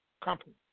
company